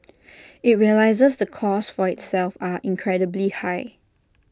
IT realises the costs for itself are incredibly high